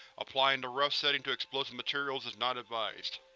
applying the rough setting to explosive materials is not advised.